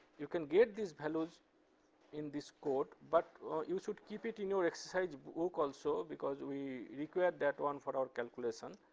you can get these values in this code, but you should keep it in your exercise book also, because we require that one for our calculation.